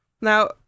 Now